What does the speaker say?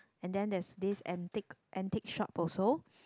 and then there is this antique antique shop also